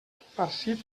farcit